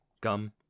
Gum